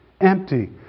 Empty